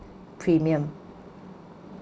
premium